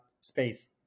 space